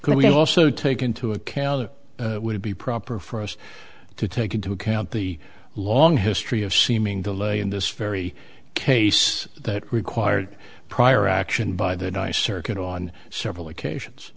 clearly also take into account it would be proper for us to take into account the long history of seeming delay in this very case that required prior action by the di circuit on several occasions